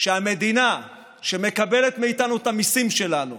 שהמדינה שמקבלת מאיתנו את המיסים שלנו,